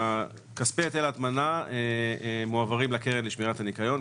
כספי היטלי ההטמנה מועברים לקרן לשמירת הניקיון,